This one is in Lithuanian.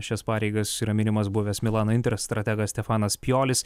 šias pareigas yra minimas buvęs milano inter strategas stefanas pijolis